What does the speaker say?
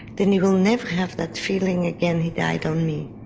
then you will never have that feeling again he died on me.